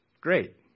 great